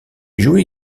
joue